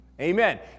Amen